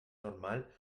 normal